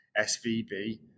SVB